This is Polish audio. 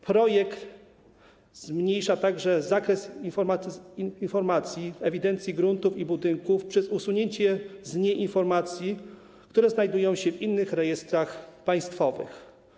Projekt zmniejsza także zakres informacji ewidencji gruntów i budynków przez usunięcie z niej informacji, które znajdują się w innych rejestrach państwowych.